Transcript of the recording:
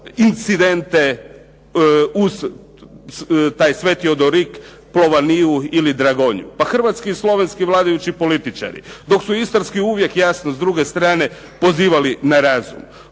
incidente uz taj Sveti Odorik, Plovaniju ili Dragonju? Pa hrvatski i slovenski vladajući političari, dok su istarski uvijek jasno s druge strane pozivali na razum.